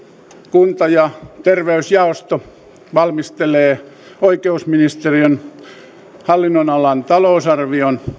kunta ja terveysjaosto valmistelee oikeusministeriön hallinnonalan talousarvion